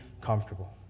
comfortable